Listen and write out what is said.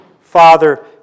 father